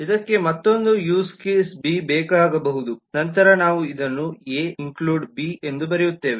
ಇದಕ್ಕೆ ಮತ್ತೊಂದು use case B ಬೇಕಾಗಬಹುದು ನಂತರ ನಾವು ಇದನ್ನು ಎ ಇನ್ಕ್ಲ್ಯೂಡ್ ಬಿ ಎಂದು ಬರೆಯುತ್ತೇವೆ